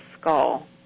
skull